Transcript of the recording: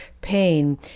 pain